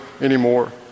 anymore